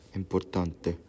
importante